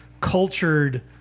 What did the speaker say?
cultured